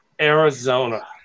Arizona